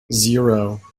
zero